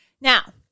Now